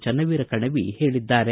ಚನ್ನವೀರ ಕಣವಿ ಹೇಳಿದ್ದಾರೆ